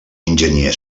enginyer